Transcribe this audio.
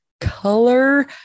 color